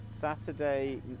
Saturday